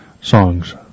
songs